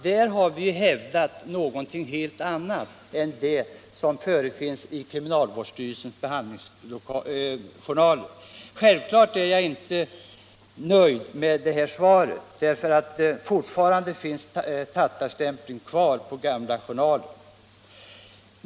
Där har vi hävdat någonting helt annat än vad som förefinns i kriminalvårdsstyrelsens behandlingsjournaler. Självfallet är jag inte nöjd med detta svar. Fortfarande finns tattarstämpeln kvar i gamla journaler.